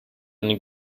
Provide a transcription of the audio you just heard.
eine